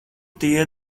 tie